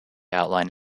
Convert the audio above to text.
outline